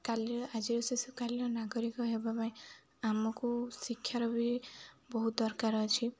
କାଲିର ଆଜିର ଶେଷ କାଲିର ନାଗରିକ ହେବା ପାଇଁ ଆମକୁ ଶିକ୍ଷାର ବି ବହୁତ ଦରକାର ଅଛି